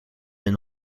een